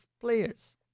players